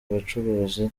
bacuruzi